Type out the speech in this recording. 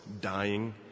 dying